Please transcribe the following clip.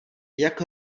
jak